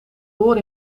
door